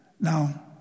Now